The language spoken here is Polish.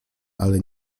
ale